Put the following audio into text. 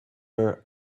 were